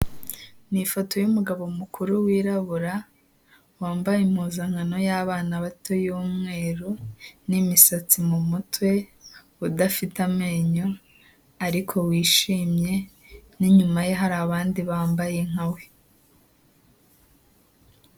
Ni ifoto y'umugabo mukuru wirabura, wambaye impuzankano y'abana bato y'umweru n'imisatsi mu mutwe, udafite amenyo ariko wishimye n'inyuma ye hari abandi bambaye nka we.